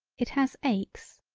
it has aches,